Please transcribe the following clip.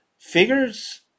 Figures